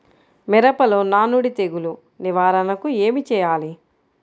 మిరపలో నానుడి తెగులు నివారణకు ఏమి చేయాలి?